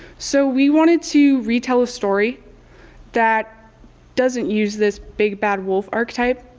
so, we wanted to retell a story that doesn't use this big bad wolf archetype,